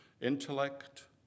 intellect